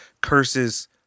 curses